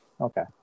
okay